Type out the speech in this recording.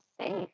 safe